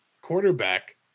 quarterback